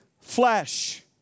flesh